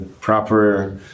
proper